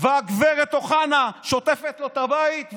וגב' אוחנה שוטפת לו את הבית,